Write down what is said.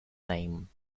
name